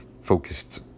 focused